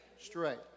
straight